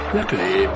Luckily